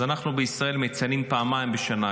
אז אנחנו בישראל מציינים פעמיים בשנה,